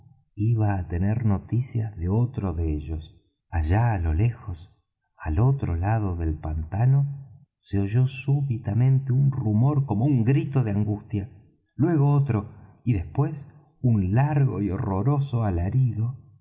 iba á tener noticias de otro de ellos allá á lo lejos al otro lado del pantano se oyó súbitamente un rumor como un grito de angustia luego otro y después un largo y horroroso alarido